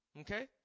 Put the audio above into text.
Okay